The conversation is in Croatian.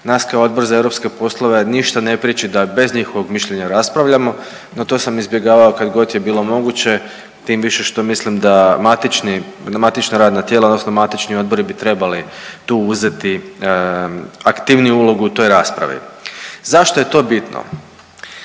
Nas kao Odbor za Europske poslove ništa ne priječi da bez njihovog mišljenja raspravljamo, no to sam izbjegavao kad god je bilo moguće tim više što mislim da matična radna tijela, odnosno matični odbori bi trebali tu uzeti aktivniju ulogu u toj raspravi. Zašto je to bitno?